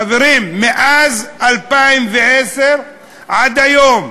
חברים, מאז 2010 עד היום,